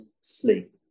sleep